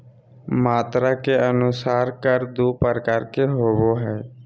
मात्रा के अनुसार कर दू प्रकार के होबो हइ